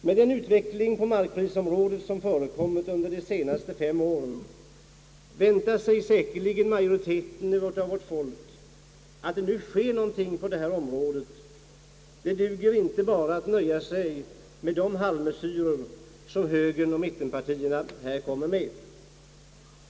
Med den utveckling på markprisområdet som förekommit under de senaste fem åren väntar sig säkerligen majoriteten av vårt folk, att det nu sker någonting på detta område. Det duger inte att bara nöja sig med de halvmesyrer som högern och mittenpartierna här kommer med.